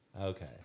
Okay